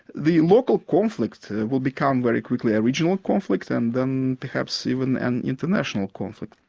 the local conflict will become very quickly a regional conflict and then perhaps even an international conflict.